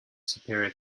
superior